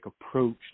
approach